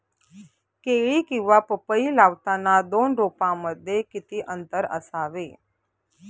केळी किंवा पपई लावताना दोन रोपांमध्ये किती अंतर असावे?